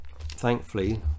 thankfully